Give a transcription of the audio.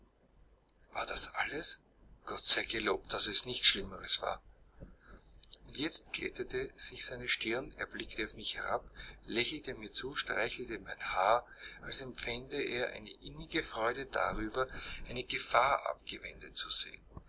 war das alles gott sei gelobt daß es nichts schlimmeres war und jetzt glättete sich seine stirn er blickte auf mich herab lächelte mir zu streichelte mein haar als empfände er eine innige freude darüber eine gefahr abgewendet zu sehen